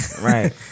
Right